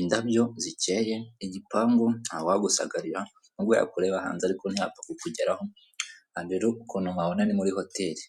indabyo zikeye, igipangu ntawagusagarira, n'ubwo yakureba hanze ariko ntiyapfa kukugeraho, aha rero ukuntu mpabona ni muri hoteli.